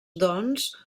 doncs